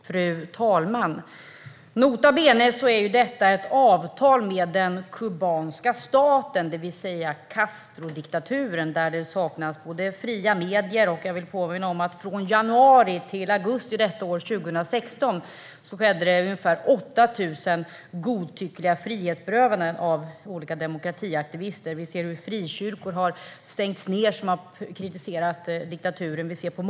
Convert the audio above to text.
Fru talman! Nota bene: Detta är ett avtal med den kubanska staten. Det är alltså ett avtal med Castrodiktaturen, där det saknas fria medier. Jag vill påminna om att det från januari till augusti 2016 skedde ungefär 8 000 godtyckliga frihetsberövanden av olika demokratiaktivister. Frikyrkor som har kritiserat diktaturen har stängts ned.